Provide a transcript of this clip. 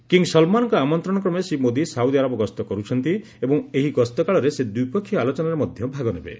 king ସଲ୍ମାନ୍ଙ୍କ ଆମନ୍ତ୍ରଣକ୍ରମେ Shri Modi Saudi Arab ଗସ୍ତ କର୍ତ୍ଛନ୍ତି ଏବଂ ଏହି ଗସ୍ତକାଳରେ ସେ ଦ୍ୱିପକ୍ଷୀୟ ଆଲୋଚନାରେ ମଧ୍ୟ ଭାଗ ନେବେ